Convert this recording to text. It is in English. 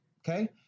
Okay